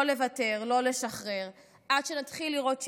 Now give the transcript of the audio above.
לא לוותר, לא לשחרר, עד שנתחיל לראות שינוי,